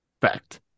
Fact